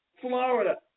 Florida